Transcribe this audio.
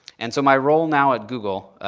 and so my role now at google,